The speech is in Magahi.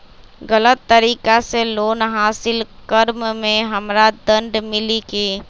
गलत तरीका से लोन हासिल कर्म मे हमरा दंड मिली कि?